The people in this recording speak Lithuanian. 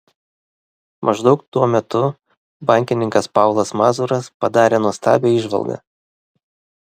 maždaug tuo metu bankininkas paulas mazuras padarė nuostabią įžvalgą